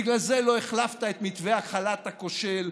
בגלל זה לא החלפת את מתווה החל"ת הכושל,